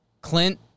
Clint